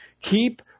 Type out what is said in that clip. Keep